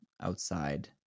outside